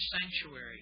sanctuary